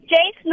Jace